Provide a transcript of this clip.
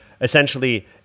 essentially